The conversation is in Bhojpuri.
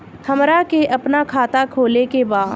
हमरा के अपना खाता खोले के बा?